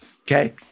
Okay